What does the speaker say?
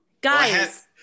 guys